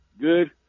Good